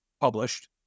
published